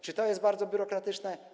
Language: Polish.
Czy to jest bardzo biurokratyczne?